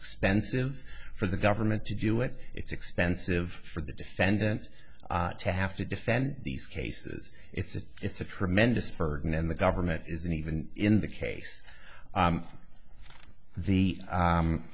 expensive for the government to do it it's expensive for the defendant to have to defend these cases it's a it's a tremendous burden and the government isn't even in the case the